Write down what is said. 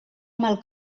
mal